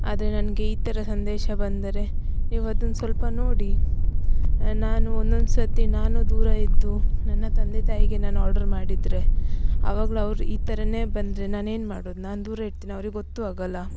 ಆದರೆ ನನಗೆ ಈ ಥರ ಸಂದೇಶ ಬಂದರೆ ನೀವು ಅದನ್ನು ಸ್ವಲ್ಪ ನೋಡಿ ನಾನು ಒಂದೊಂದ್ಸತಿ ನಾನು ದೂರ ಇದ್ದು ನನ್ನ ತಂದೆ ತಾಯಿಗೆ ನಾನು ಆರ್ಡ್ರ್ ಮಾಡಿದರೆ ಆವಾಗಲೂ ಅವ್ರು ಈ ಥರ ಬಂದರೆ ನಾನೇನು ಮಾಡೋದು ನಾನು ದೂರ ಇರ್ತಿನಿ ಅವ್ರಿಗೆ ಗೊತ್ತು ಆಗೋಲ್ಲ